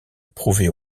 prouver